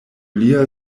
lia